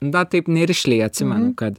da taip nerišliai atsimenu kad